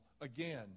again